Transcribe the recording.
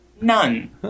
None